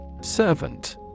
Servant